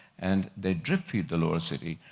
and they drip feed the lower city.